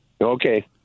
Okay